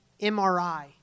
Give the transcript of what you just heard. MRI